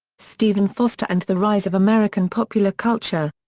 stephen foster and the rise of american popular culture.